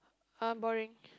uh boring